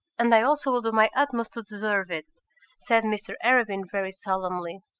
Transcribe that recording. and i also will do my utmost to deserve it said mr arabin very solemnly.